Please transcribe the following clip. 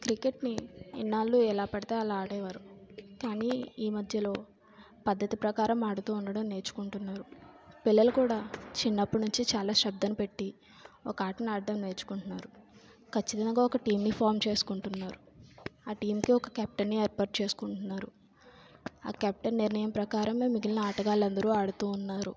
క్రికెట్ని ఇన్నాళ్ళు ఎలా పడితే అలా ఆడేవారు కానీ ఈ మధ్యలో పద్ధతి ప్రకారం ఆడుతు ఉండడం నేర్చుకుంటున్నారు పిల్లలు కూడా చిన్నప్పటి నుంచి చాలా శ్రద్ధను పెట్టి ఒక ఆటను ఆడటం నేర్చుకుంటున్నారు ఖచ్చితంగా ఒక టీంని ఫామ్ చేసుకుంటున్నారు ఆ టీంకు ఒక కెప్టెన్ని ఏర్పాటు చేసుకుంటున్నారు ఆ కెప్టెన్ నిర్ణయం ప్రకారం మిగిలిన ఆటగాళ్ళు అందరు ఆడుతు ఉన్నారు